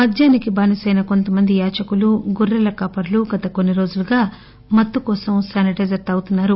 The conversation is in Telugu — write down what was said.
మద్భానికి బానిసైన కొంతమంది యాచకులు గోర్రెలు కాపరులు గత కొన్ని రోజులుగా మత్తుకోసం శానిటైజర్ తాగుతున్నారు